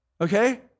okay